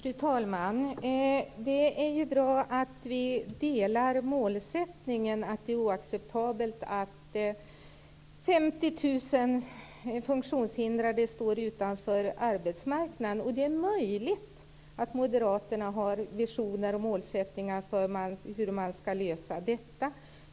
Fru talman! Det är bra att vi delar målsättningen att det är oacceptabelt att 50 000 funktionshindrade står utanför arbetsmarknaden. Det är möjligt att Moderaterna har visioner och målsättningar för hur man skall lösa detta.